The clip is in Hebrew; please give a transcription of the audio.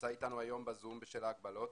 שנמצא אתנו היום ב-זום בשל ההגבלות,